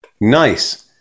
Nice